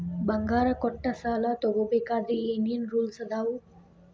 ಬಂಗಾರ ಕೊಟ್ಟ ಸಾಲ ತಗೋಬೇಕಾದ್ರೆ ಏನ್ ಏನ್ ರೂಲ್ಸ್ ಅದಾವು?